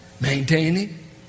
maintaining